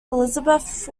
elizabeth